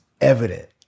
evident